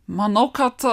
manau kad